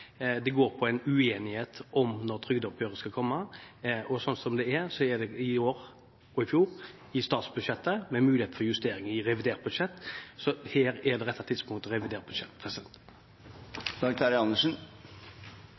Det går på uenighet om når trygdeoppgjøret skal komme, og det er i år – som i fjor – i statsbudsjettet med mulighet for justering i revidert budsjett. Det rette tidspunktet er i forbindelse med revidert budsjett.